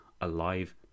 alive